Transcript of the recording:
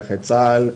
נכה צה"ל,